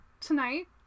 tonight